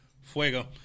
Fuego